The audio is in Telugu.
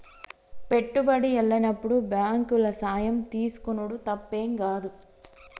పెట్టుబడి ఎల్లనప్పుడు బాంకుల సాయం తీసుకునుడు తప్పేం గాదు